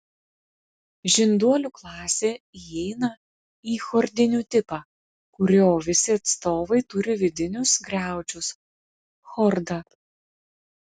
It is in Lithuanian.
žinduolių klasė įeina į chordinių tipą kurio visi atstovai turi vidinius griaučius chordą